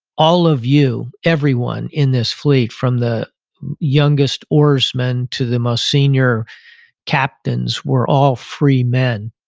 all of you, every one in this fleet from the youngest oarsman to the most senior captains were all free men.